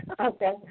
Okay